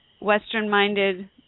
Western-minded